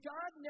God